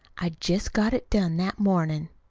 i'd jest got it done that mornin'.